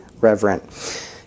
reverent